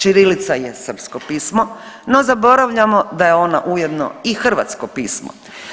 Ćirilica je srpsko pismo, no zaboravljamo da je ona ujedno i hrvatsko pismo.